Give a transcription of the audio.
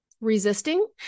resisting